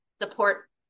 support